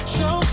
Show